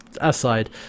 aside